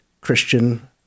Christian